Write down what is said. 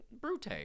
Brute